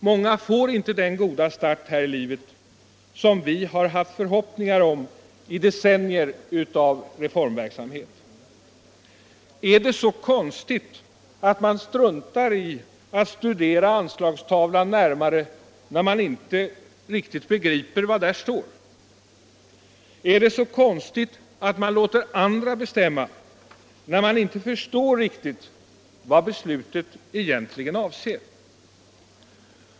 Många får inte den goda start här i livet som vi under decennier av reformverksamhet haft förhoppningar om. Är det så konstigt att man struntar i att studera anslagstavlan närmare, när man inte riktigt begriper vad där står? Är det så konstigt att man låter andra bestämma, när man inte riktigt förstår vad besluten egentligen avser?